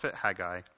Haggai